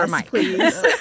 please